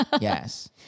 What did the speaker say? Yes